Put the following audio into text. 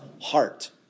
heart